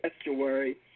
estuary